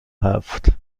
هفت